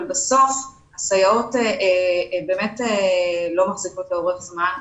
אבל בסוף הסייעות לא מחזיקות לאורך זמן.